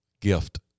gift